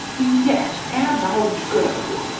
yet ere thou go,